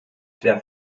der